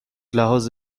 لحاظ